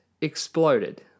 exploded